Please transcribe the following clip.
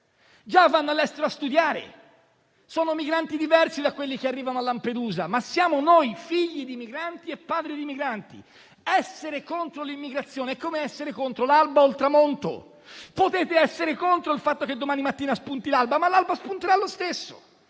già vanno all'estero a studiare. Sono migranti diversi da quelli che arrivano a Lampedusa, ma siamo figli e padri di migranti. Essere contro l'immigrazione è come essere contro l'alba o il tramonto. Potete essere contro il fatto che domani mattina spunti l'alba, ma spunterà lo stesso.